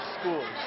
schools